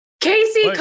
Casey